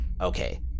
Okay